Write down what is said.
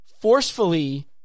forcefully